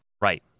Right